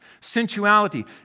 sensuality